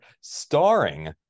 starring